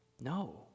No